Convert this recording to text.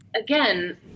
again